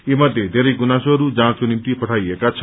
यी मध्ये धेरै गुनासोहरू जाँचको निम्ति पठाइएका छन्